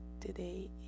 Today